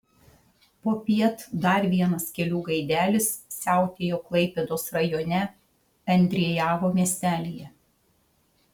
popiet dar vienas kelių gaidelis siautėjo klaipėdos rajone endriejavo miestelyje